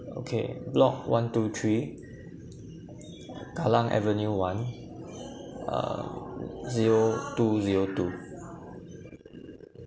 okay block one two three kallang avenue one uh zero two zero two